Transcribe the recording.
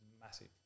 massive